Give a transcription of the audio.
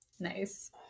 nice